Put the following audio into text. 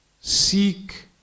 seek